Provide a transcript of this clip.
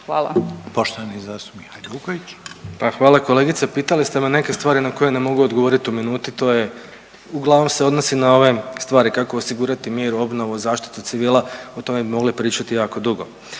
Domagoj (Nezavisni)** Hvala kolegice, pitali ste me neke stvari na koje ne mogu odgovorit u minuti, to je uglavnom se odnosi na ove stvari kako osigurati mir, obnovu, zaštitu civila o tome bi mogli pričati jako dugo.